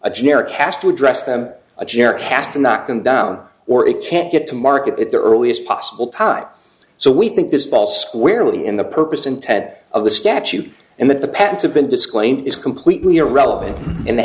a generic has to address them a generic has to knock them down or it can't get to market at the earliest possible time so we think this ball squarely in the purpose intent of the statute and that the patents have been disclaim is completely irrelevant in the